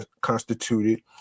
constituted